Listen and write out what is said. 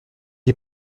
est